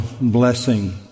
blessing